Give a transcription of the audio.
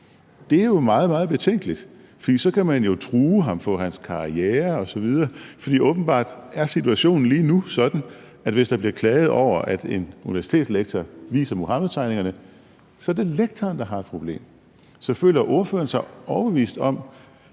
Det er meget, meget betænkeligt, for så kan man jo true ham på hans karriere osv. For åbenbart er situationen lige nu sådan, at hvis der bliver klaget over, at en universitetslektor viser Muhammedtegningerne, så er det lektoren, der har et problem. Så føler ordføreren sig overbevist om,